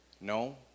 no